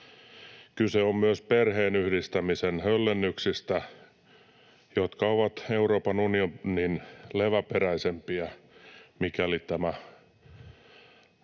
Kyse on myös perheenyhdistämisen höllennyksistä, jotka ovat Euroopan unionin leväperäisimpiä, mikäli tämä